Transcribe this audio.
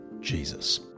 Jesus